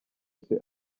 bwose